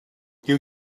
you